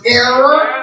error